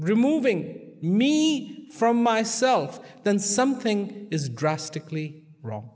removing me from myself then something is drastically wrong